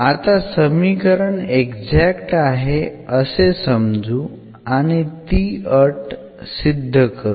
आता समीकरण एक्झॅक्ट आहे असे समजु आणि ती अट सिद्ध करू